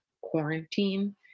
quarantine